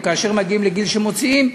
כאשר מגיעים לגיל שמוציאים,